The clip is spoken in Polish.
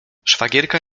szwagierka